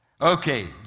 Okay